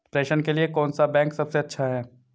प्रेषण के लिए कौन सा बैंक सबसे अच्छा है?